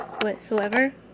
whatsoever